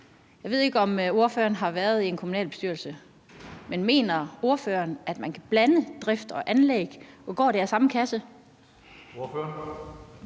Jeg ved ikke, om ordføreren har været i en kommunalbestyrelse. Men mener ordføreren, at man kan blande drift og anlæg, og går det af samme kasse?